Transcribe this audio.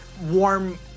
warm